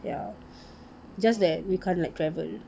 ya just that we can't like travel